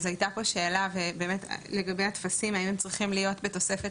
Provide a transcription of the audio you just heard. אז הייתה פה שאלה ובאמת לגבי הטפסים היינו צריכים להיות בתוספת